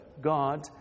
God